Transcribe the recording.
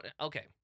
Okay